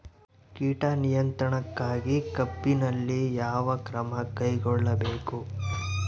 ಕೇಟ ನಿಯಂತ್ರಣಕ್ಕಾಗಿ ಕಬ್ಬಿನಲ್ಲಿ ಯಾವ ಕ್ರಮ ಕೈಗೊಳ್ಳಬೇಕು?